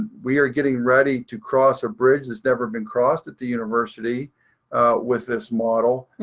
we are getting ready to cross a bridge that's never been crossed at the university with this model,